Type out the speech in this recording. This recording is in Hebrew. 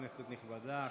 כנסת נכבדה,